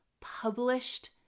published